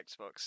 Xbox